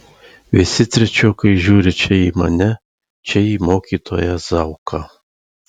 visi trečiokai žiūri čia į mane čia į mokytoją zauką